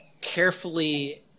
carefully